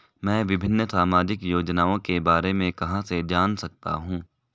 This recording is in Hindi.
मैं विभिन्न सामाजिक योजनाओं के बारे में कहां से जान सकता हूं?